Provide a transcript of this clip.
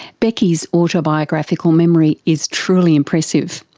becky's autobiographical memory is truly impressive,